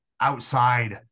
outside